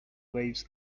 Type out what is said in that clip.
waves